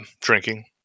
drinking